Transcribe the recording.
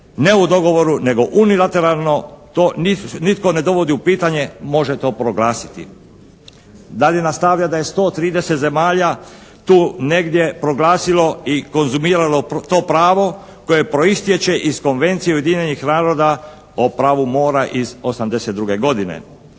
ne u dogovoru nego unilateralno, to nitko ne dovodi u pitanje, može to proglasiti. Dalje nastavlja da je 130 zemalja tu negdje proglasilo i konzumiralo to pravo koje proistječe iz Konvencije Ujedinjenih naroda o pravu mora iz '82. godine.